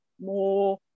more